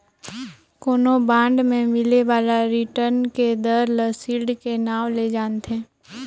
कोनो बांड मे मिले बाला रिटर्न के दर ल सील्ड के नांव ले जानथें